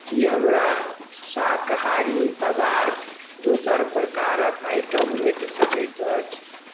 की हमरा शाकाहारी पदार्थ दोसर प्रकारक आइटम भेट सकैत अछि